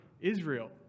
Israel